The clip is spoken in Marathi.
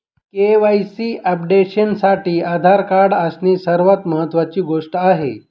के.वाई.सी अपडेशनसाठी आधार कार्ड असणे सर्वात महत्वाची गोष्ट आहे